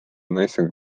naisega